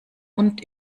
und